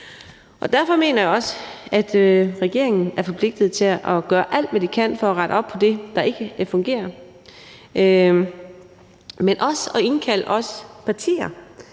Derfor mener jeg også, at regeringen er forpligtet til at gøre alt, hvad den kan, for at rette op på det, der ikke fungerer, og den skal også indkalde os partier